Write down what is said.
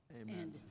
Amen